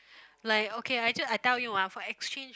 like okay I just I tell you ah for exchange